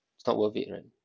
it's not worth it right